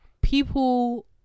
People